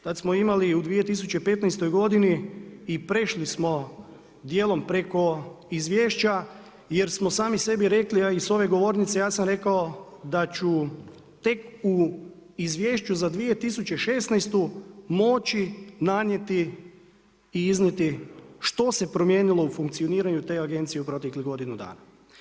Tad smo imali u 2015. godini i prešli smo dijelom preko izvješća jer smo sami sebi rekli, ja sam rekao da ću tek u izvješću za 2016. moći nanijeti i iznijeti što se promijenilo u funkcioniranju te agencije u proteklih godinu dana.